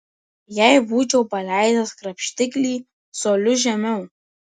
jei būčiau paleidęs krapštiklį coliu žemiau